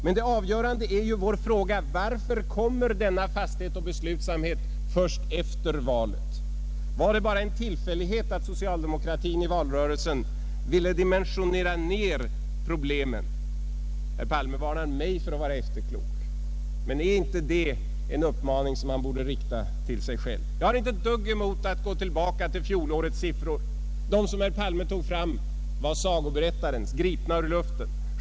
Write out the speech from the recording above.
Men det avgörande är vår fråga: Varför kommer denna fasthet och beslutsamhet först efter valet? Var det bara en tillfällighet att socialdemokratin i valrörelsen ville dimensionera ned problemen? Herr Palme varnar mig för att vara efterklok, men bör han inte rikta den uppmaningen till sig själv? Jag har ingenting emot att gå tillbaka till fjolårets siffror. De som herr Palme tog fram var sagoberättarens, de var gripna ur luften.